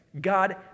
God